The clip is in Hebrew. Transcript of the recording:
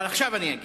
אבל עכשיו אני אגיב.